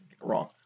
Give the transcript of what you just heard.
Wrong